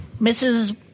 Mrs